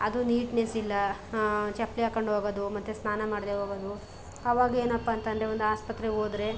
ಅದು ನೀಟ್ನೆಸ್ ಇಲ್ಲ ಹಾಂ ಚಪ್ಪಲಿ ಹಾಕ್ಕೊಂಡು ಹೋಗೋದು ಮತ್ತು ಸ್ನಾನ ಮಾಡದೇ ಹೋಗೋದು ಆವಾಗ ಏನಪ್ಪಾ ಅಂತ ಅಂದ್ರೆ ಒಂದು ಆಸ್ಪತ್ರೆಗೆ ಹೋದ್ರೆ